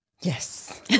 Yes